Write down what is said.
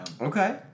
okay